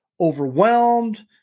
overwhelmed